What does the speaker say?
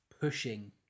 pushing